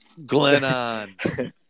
Glennon